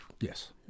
Yes